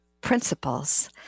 principles